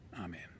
Amen